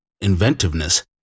inventiveness